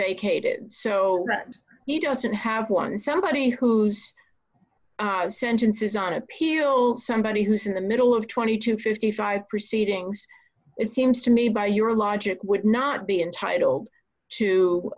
did so that he doesn't have one somebody who's sentences on appeal somebody who's in the middle of twenty to fifty five proceedings it seems to me by your logic would not be entitled to